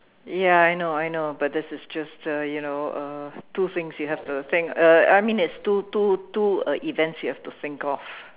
ya I know I know but this is just uh you know uh two things you have to think uh I mean it's two two two uh events you have to think of